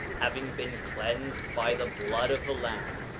having been cleansed by the blood of the lamb,